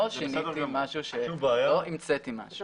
לא שיניתי משהו ולא המצאתי משהו.